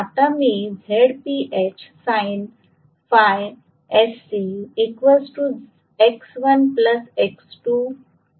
आता मी म्हणू शकते